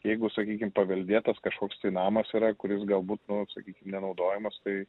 jeigu sakykim paveldėtas kažkoks tai namas yra kuris galbūt nu sakykim nenaudojamas tai